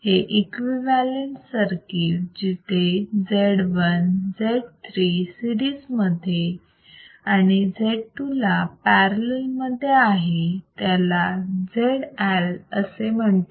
हे equivalent circuit जिथेZ1 Z3 सीरिजमध्ये आणि Z2 ला पॅरलल मध्ये आहे त्याला ZLअसे म्हणतात